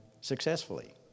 successfully